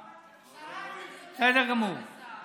שרה זה אפילו יותר טובה משר.